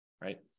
right